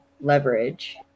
leverage